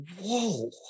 whoa